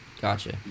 Gotcha